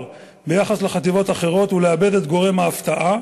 ביחס לחטיבות אחרות ולאבד את גורם ההפתעה.